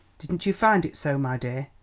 didn't you find it so, my dear?